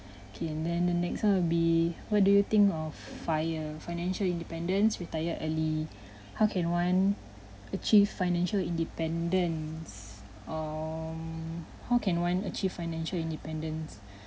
okay and then the next one will be what do you think of FIRE financial independence retire early how can one achieve financial independence um how can one achieve financial independence